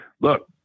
look